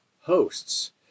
hosts